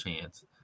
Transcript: chance